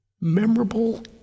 memorable